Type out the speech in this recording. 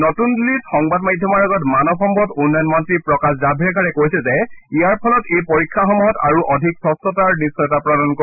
নতুন দিল্লীত সংবাদ মাধ্যমৰ আগত মানৱ সম্পদ উন্নয়ন মন্ত্ৰী প্ৰকাশ জাভড়েকাৰে কৈছে যে ইয়াৰ ফলত এই পৰীক্ষাসমূহত আৰু অধিক স্বচ্ছতাৰ নিশ্চয়তা প্ৰদান কৰিব